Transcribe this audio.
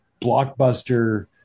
blockbuster